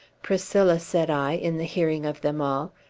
priscilla, said i, in the hearing of them all,